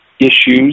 issues